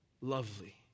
lovely